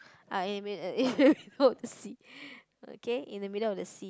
I mean in the middle of the sea okay in the middle of the sea